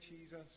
jesus